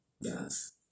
Yes